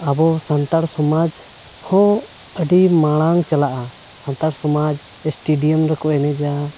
ᱟᱵᱚ ᱥᱟᱱᱛᱟᱲ ᱥᱚᱢᱟᱡᱽ ᱦᱚᱸ ᱟᱹᱰᱤ ᱢᱟᱲᱟᱝ ᱪᱟᱞᱟᱜᱼᱟ ᱥᱟᱱᱛᱟᱲ ᱥᱚᱢᱟᱡᱽ ᱮᱥᱴᱮᱰᱤᱭᱟᱢ ᱨᱮᱠᱚ ᱮᱱᱮᱡᱟ